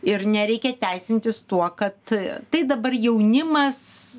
ir nereikia teisintis tuo kad tai dabar jaunimas